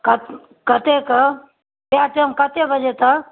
क कतेक के कए टाइम कतेक बजे तक